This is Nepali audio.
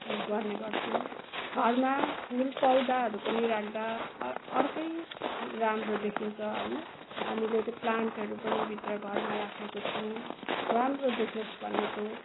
गर्ने गर्छौँ घरमा फुल पौधाहरू पनि राख्दा अर्कै राम्रो देखिन्छ होइन हामीले त्यो प्लान्टहरू पनि भित्र घरमा राखेको छौँ राम्रो देखियोस् भनेको